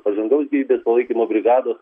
pažangaus gyvybės palaikymo brigados